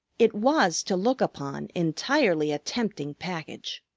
it was, to look upon, entirely a tempting package.